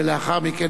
ושלישית.